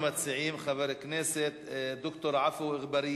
רבותי, חברה נהנתנית שמצד אחד, בחברת החשמל,